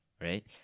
right